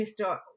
Mr